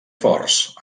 forts